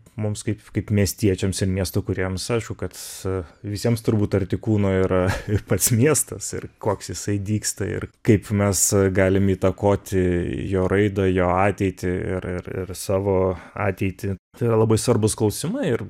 mums kaip kaip miestiečiams ir miesto kūrėjams aišku kad visiems turbūt arti kūno yra ir pats miestas ir koks jisai dygsta ir kaip mes galim įtakoti jo raido jo ateitį ir ir ir savo ateitį tai yra labai svarbūs klausimai ir